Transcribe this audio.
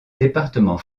département